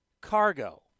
Cargo